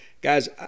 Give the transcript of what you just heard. Guys